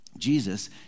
jesus